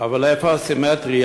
אבל איפה הסימטריה?